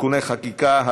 (תיקוני חקיקה),